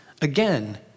again